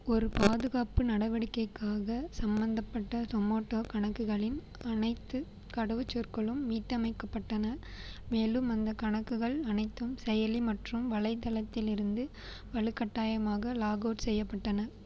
ஒரு பாதுகாப்பு நடவடிக்கைக்காக சம்மந்தப்பட்ட ஸொமோட்டோ கணக்குகளின் அனைத்துக் கடவுச்சொற்களும் மீட்டமைக்கப்பட்டன மேலும் அந்தக் கணக்குகள் அனைத்தும் செயலி மற்றும் வலைத்தளத்தில் இருந்து வலுக்கட்டாயமாக லாக்அவுட் செய்யப்பட்டன